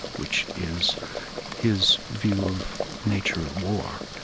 which is his view of nature at war,